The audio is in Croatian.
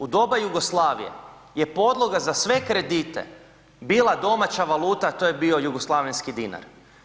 U doba Jugoslavije je podloga za sve kredite bila domaća valuta, a to je bio jugoslavenski dinar.